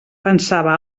pensava